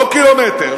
לא קילומטר,